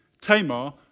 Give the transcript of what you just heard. Tamar